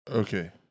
okay